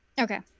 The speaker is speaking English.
Okay